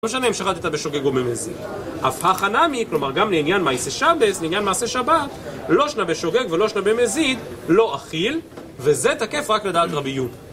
כל שנה היא משכנעת אותה בשוגג ובמזיד. הפך הנעמי, כלומר גם לעניין מעייסה שאבס, לעניין מעשה שבת, לא אשמה בשוגג ולא אשמה במזיד, לא אכיל, וזה תקף רק לדעת רבי יהודה.